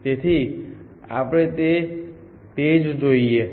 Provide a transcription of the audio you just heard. તેથી આપણે તે જ જોઈએ છે